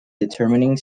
determining